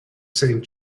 saint